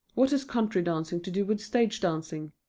what has country dancing to do with stage dancing?